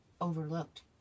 overlooked